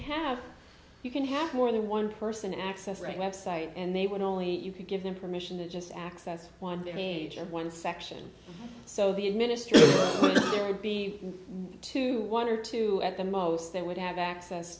have you can have more than one person access right website and they would only if you could give them permission to just access one page of one section so the administrator would be to one or two at the most they would have access